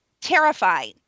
Terrified